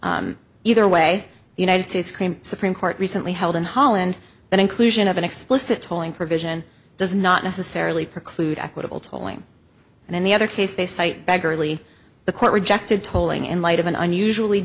be either way united to scream supreme court recently held in holland the inclusion of an explicit tolling provision does not necessarily preclude equitable tolling and in the other case they cite beggarly the court rejected tolling in light of an unusually